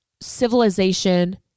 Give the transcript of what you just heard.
civilization